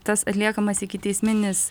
tas atliekamas ikiteisminis